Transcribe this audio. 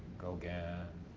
gauguin,